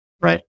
Right